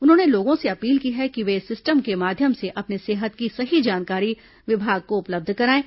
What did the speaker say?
उन्होंने लोगों से अपील की है कि वे इस सिस्टम के माध्यम से अपने सेहत की सही जानकारी विभाग को उपलब्ध कराएं